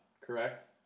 correct